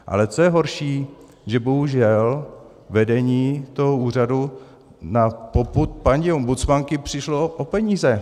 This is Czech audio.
Ale co je horší, že bohužel vedení toho úřadu na popud paní ombudsmanky přišlo o peníze.